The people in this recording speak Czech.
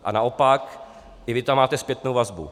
A naopak, i vy tam máte zpětnou vazbu.